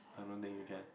I don't think you can